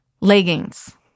Leggings